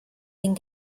den